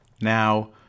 Now